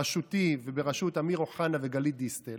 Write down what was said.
בראשותי ובראשות אמיר אוחנה וגלית דיסטל,